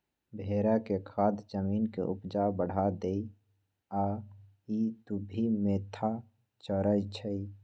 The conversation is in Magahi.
भेड़ा के खाद जमीन के ऊपजा बढ़ा देहइ आ इ दुभि मोथा चरै छइ